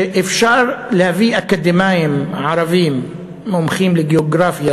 שאפשר להביא אקדמאים ערבים מומחים לגיאוגרפיה,